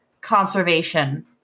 conservation